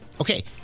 Okay